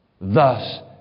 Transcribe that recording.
Thus